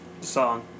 song